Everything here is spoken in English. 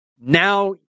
Now